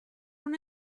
una